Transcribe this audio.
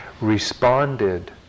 responded